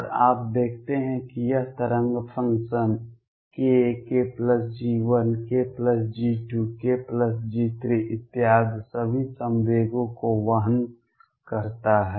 और आप देखते हैं कि यह तरंग function k k G1 k G2 k G3 इत्यादि सभी संवेगों को वहन करता है